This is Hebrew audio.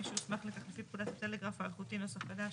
ממי שהוסמך לכך לפי פקודת הטלגרף האלחוטי [נוסח חדש],